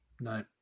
No